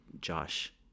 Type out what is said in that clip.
Josh